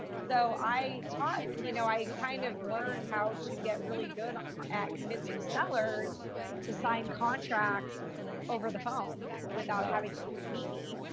so, i taught, you know, i kind of learned how to get really good at convincing sellers to sign contracts over the phone without having to meet me.